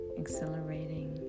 exhilarating